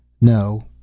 No